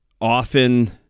often